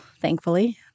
thankfully